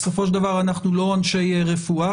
בסופו של דבר אנחנו לא אנשי רפואה,